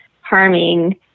harming